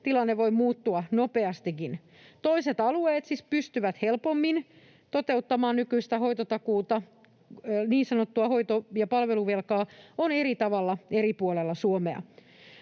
tilanne voi muuttua nopeastikin. Toiset alueet siis pystyvät helpommin toteuttamaan nykyistä hoitotakuuta. Niin sanottua hoito- ja palveluvelkaa on eri tavalla eri puolella Suomea.